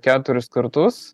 keturis kartus